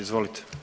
Izvolite.